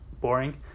boring